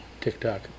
TikTok